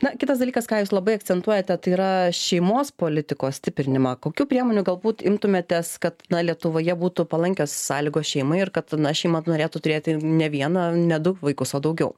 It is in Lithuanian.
na kitas dalykas ką jūs labai akcentuojate tai yra šeimos politikos stiprinimą kokių priemonių galbūt imtumėtės kad lietuvoje būtų palankios sąlygos šeimai ir kad na šeima norėtų turėti ne vieną ne du vaikus o daugiau